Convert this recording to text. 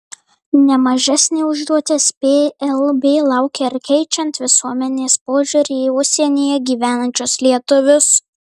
ne mažesnė užduotis plb laukia ir keičiant visuomenės požiūrį į užsienyje gyvenančius lietuvius